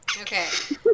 Okay